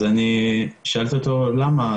אז אני שאלתי אותו למה,